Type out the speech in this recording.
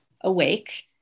awake